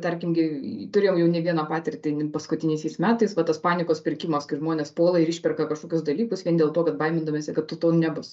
tarkim į turėjau jau ne vieną patirtį paskutiniaisiais metais va tas panikos pirkimas kai žmonės puola ir išperka kažkokius dalykus vien dėl to kad baimindamiesi kad to nebus